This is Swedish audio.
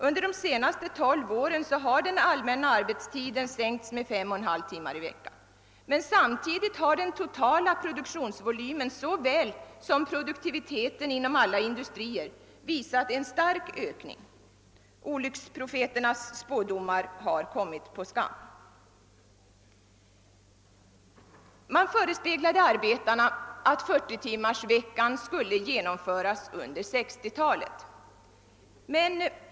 Under de senaste 12 åren har den allmänna arbetstiden sänkts med 5'!/2 tim me i veckan, men samtidigt har den totala produktionsvolymen liksom även produktiviteten inom alla industrier visat en stark ökning. Olycksprofeternas spådomar har kommit på skam. Man förespeglade arbetarna att 40 timmarsveckan skulle genomföras under 1960-talet.